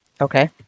Okay